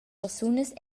persunas